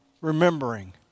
Remembering